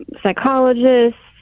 psychologists